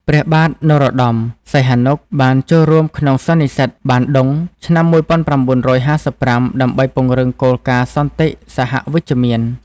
ព្រះបានរោត្តម សីហនុ បានចូលរួមក្នុងសន្និសីទបានឌុងឆ្នាំ ១៩៥៥ ដើម្បីពង្រឹងគោលការណ៍សន្តិសហវិជ្ជមាន។